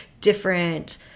different